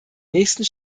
nächsten